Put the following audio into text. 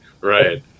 Right